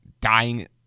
dying